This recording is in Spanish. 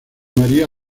maria